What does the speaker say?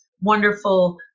wonderful